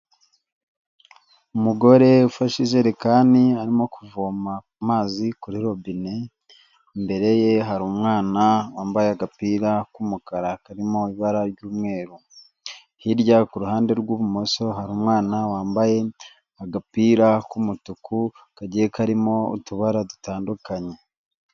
Umugore ufashe ijerekani arimo kuvoma amazi kuri robine, imbere ye hari umwana wambaye agapira k'umukara karimo ibara ry'umweru, hirya ku ruhande rw'ibumoso hari umwana wambaye agapira k'umutuku kagiye karimo utubara dutandukanye.